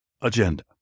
agenda